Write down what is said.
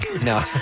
No